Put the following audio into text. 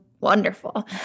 Wonderful